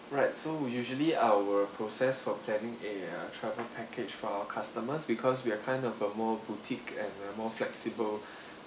right so usually our process for planning a travel package for our customers because we're kind of a more boutique and a more flexible